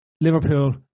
Liverpool